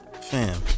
Fam